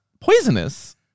poisonous